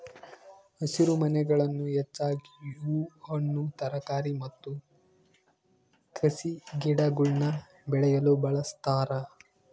ಹಸಿರುಮನೆಗಳನ್ನು ಹೆಚ್ಚಾಗಿ ಹೂ ಹಣ್ಣು ತರಕಾರಿ ಮತ್ತು ಕಸಿಗಿಡಗುಳ್ನ ಬೆಳೆಯಲು ಬಳಸ್ತಾರ